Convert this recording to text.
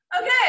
okay